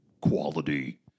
quality